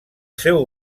seu